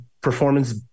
performance